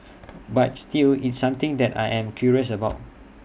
but still it's something that I am curious about